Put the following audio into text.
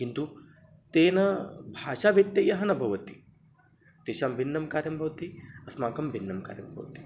किन्तु तेन भाषाव्यत्ययः न भवति तेषां भिन्नं कार्यं भवति अस्माकं भिन्नं कार्यं भवति